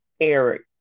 Eric